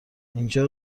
اینجا